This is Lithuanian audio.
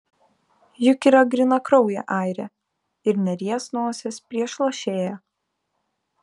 juk yra grynakraujė airė ir neries nosies prieš lošėją